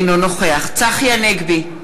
אינו נוכח צחי הנגבי,